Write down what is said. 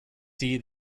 see